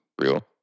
real